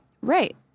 Right